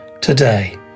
today